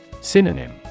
Synonym